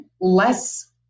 less